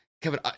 Kevin